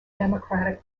democratic